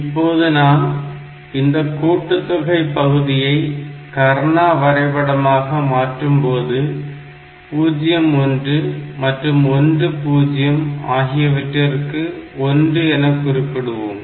இப்போது நாம் இந்த கூட்டுத்தொகை பகுதியை கர்னா வரைபடமாக மாற்றும்போது 0 1 மற்றும் 1 0 ஆகியவற்றிற்கு 1 என குறிப்பிடுவோம்